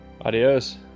Adios